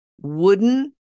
wooden